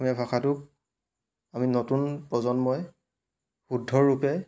অসমীয়া ভাষাটোক আমি নতুন প্ৰজন্মই শুদ্ধ ৰূপে